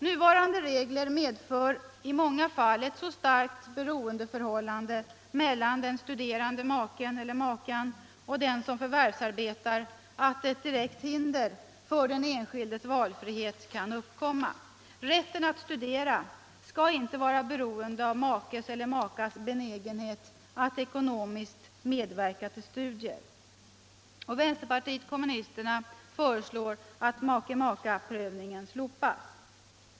Nuvarande regler medför i många fall ett så starkt beroendeförhållande mellan den studerande maken eller makan och den som förvärvsarbetar att ett direkt hinder för den enskildes valfrihet kan uppkomma. Rätten att studera skall inte vara beroende av makes eller makas benägenhet att ekonomiskt medverka till studier. Vänsterpartiet kommunisterna föreslår att make/maka-prövningen slopas.